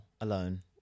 alone